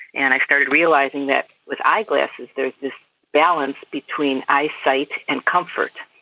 and i started realising that with eye glasses there's this balance between eyesight and comfort.